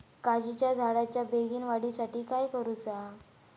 काजीच्या झाडाच्या बेगीन वाढी साठी काय करूचा?